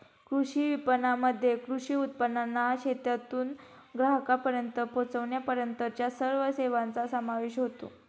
कृषी विपणनामध्ये कृषी उत्पादनांना शेतातून ग्राहकांपर्यंत पोचविण्यापर्यंतच्या सर्व सेवांचा समावेश होतो